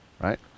right